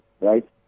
right